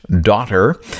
daughter